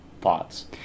thoughts